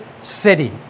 city